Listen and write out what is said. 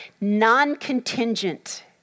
non-contingent